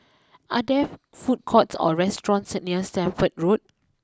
are there food courts or restaurants near Stamford Road